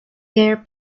their